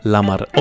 Lamar